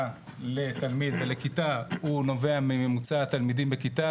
לתלמיד ולכיתה הוא נובע ממוצע תלמידים בכיתה,